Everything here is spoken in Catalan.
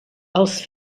els